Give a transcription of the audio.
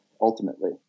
ultimately